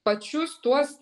pačius tuos